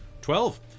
Twelve